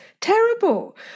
terrible